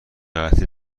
قحطی